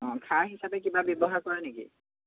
অঁ খাৰ হিচাপে কিবা ব্যৱহাৰ কৰে নেকি